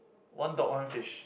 one dog one fish